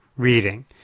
reading